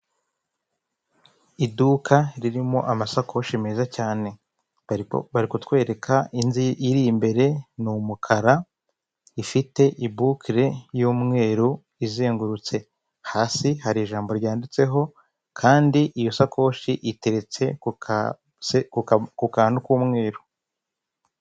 Iduka ririmo amasakoshi meza cyane bari kutwereka indi iri imbere ni umukara ifite i bukee y'umweru izengurutse. Hasi hari ijambo ryanditseho kandi iyo sakoshi iteretse ku kase ku kantu k'umweru.